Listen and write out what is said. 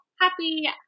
happy